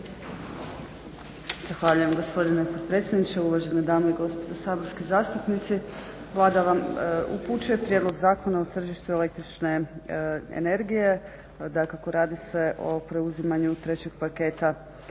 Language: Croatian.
Zahvaljujem gospodine potpredsjedniče. Uvažene dame i gospodo saborski zastupnici. Vlada vam upućuje Prijedlog zakona o tržištu električne energije. Dakako radi se o preuzimanju trećeg paketa energetskih